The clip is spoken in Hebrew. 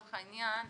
לצורך העניין,